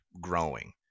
growing